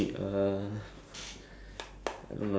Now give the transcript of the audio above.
oh no um